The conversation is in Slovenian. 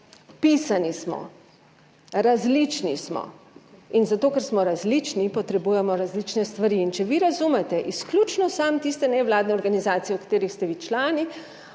pisani smo, različni smo in zato, ker smo različni potrebujemo različne stvari. In če vi razumete izključno samo tiste nevladne organizacije, v katerih ste vi člani